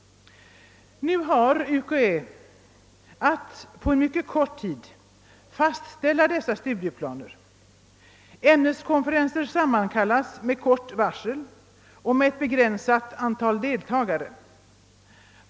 Nu har UKA att på mycket kort tid fastställa dessa studieplaner. Ämneskonferenser sammankallas med kort var sel och med ett begränsat antal deltagare.